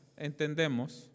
entendemos